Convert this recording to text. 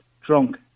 drunk